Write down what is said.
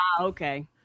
okay